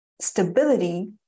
stability